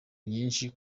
nyinshi